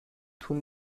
طول